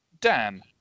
Dan